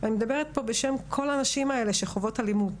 ואני מדברת בשם כל הנשים האלו שחוות אלימות.